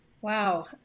Wow